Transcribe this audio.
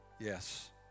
Yes